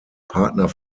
partner